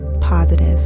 positive